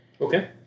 Okay